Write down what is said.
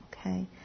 Okay